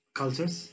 cultures